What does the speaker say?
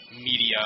media